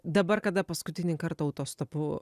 dabar kada paskutinį kartą autostopu